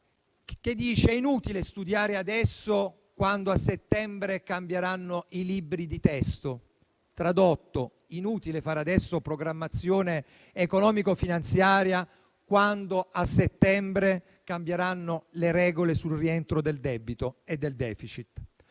che dice che è inutile studiare adesso quando a settembre cambieranno i libri di testo. Tradotto: inutile fare adesso programmazione economico-finanziaria quando a settembre cambieranno le regole sul rientro del debito e del *deficit*.